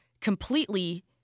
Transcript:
completely